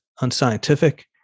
unscientific